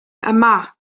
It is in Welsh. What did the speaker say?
yma